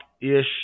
ish